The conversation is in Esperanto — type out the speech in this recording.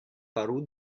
faru